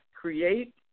create